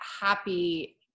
happy